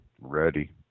Ready